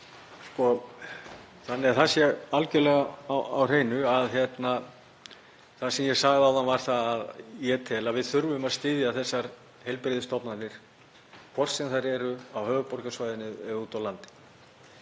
Þannig að það sé algjörlega á hreinu þá var það sem ég sagði áðan það að ég tel að við þurfum að styðja þessar heilbrigðisstofnanir, hvort sem þær eru á höfuðborgarsvæðinu eða úti á landi.